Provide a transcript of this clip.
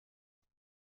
بحران